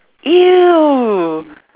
!eww!